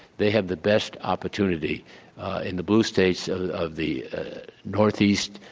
they have the best opportunity in the blue states of the north east,